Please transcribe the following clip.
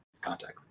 contact